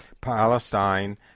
Palestine